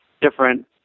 different